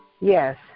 Yes